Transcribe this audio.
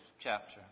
chapter